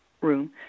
room